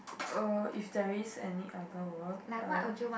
uh if there is any other work I would